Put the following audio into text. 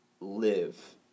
live